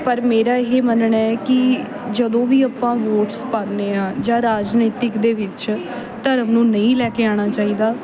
ਪਰ ਮੇਰਾ ਇਹ ਮੰਨਣਾ ਕਿ ਜਦੋਂ ਵੀ ਆਪਾਂ ਵੋਟਸ ਪਾਉਂਦੇ ਹਾਂ ਜਾਂ ਰਾਜਨੀਤਿਕ ਦੇ ਵਿੱਚ ਧਰਮ ਨੂੰ ਨਹੀਂ ਲੈ ਕੇ ਆਉਣਾ ਚਾਹੀਦਾ